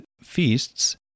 feasts